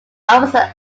offers